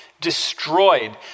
destroyed